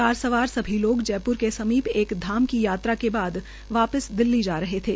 car सवार सभी लोग जयप्र के समीप एक धाम की यात्रा के बाद दिल्ली लौट रहे थे